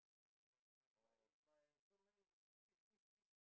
but but but but in my so many this this this